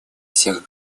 всех